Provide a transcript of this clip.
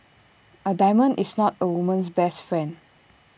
A diamond is not A woman's best friend